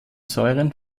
säuren